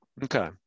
Okay